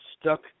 stuck